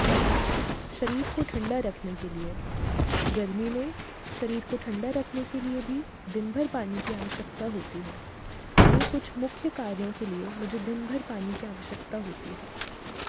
छठा शरीर को ठंडा रखने के लिए गर्मी में शरीर को ठंडा रखने के लिए भी दिनभर पानी की आवश्यकता होती है ये कुछ मुख्य कार्यों के लिए मुझे दिनभर पानी की आवश्यकता होती है